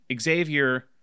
Xavier